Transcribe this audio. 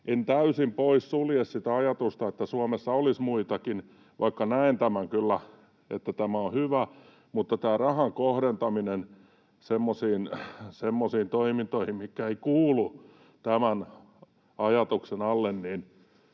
en täysin sulje pois sitä ajatusta, että Suomessa olisi muitakin. Näen kyllä, että tämä on hyvä, mutta tätä rahan kohdentamista semmoisiin toimintoihin, mitkä eivät kuulu tämän ajatuksen alle,